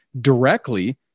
directly